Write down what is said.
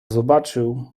zobaczył